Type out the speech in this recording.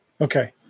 Okay